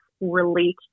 Relate